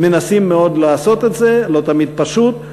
מנסים מאוד לעשות את זה, זה לא תמיד פשוט.